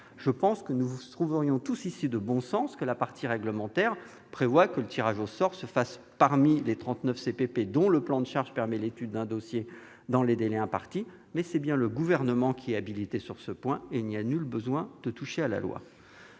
Je pense que nous trouverions tous ici de bon sens que la partie réglementaire du code prévoie que le tirage au sort se fasse parmi les 39 CPP, dont le plan de charge permet l'étude d'un dossier dans les délais impartis, mais c'est bien le Gouvernement qui est habilité sur ce point, il n'y a nul besoin de toucher à la loi